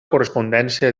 correspondència